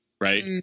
right